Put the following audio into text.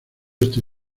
este